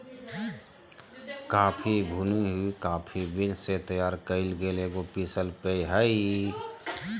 coffee भुनी हुई coffee beans से तैयार कइल गेल एगो पीसल पेय हइ